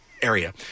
area